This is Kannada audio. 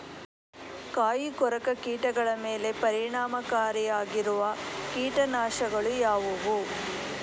ಕಾಯಿಕೊರಕ ಕೀಟಗಳ ಮೇಲೆ ಪರಿಣಾಮಕಾರಿಯಾಗಿರುವ ಕೀಟನಾಶಗಳು ಯಾವುವು?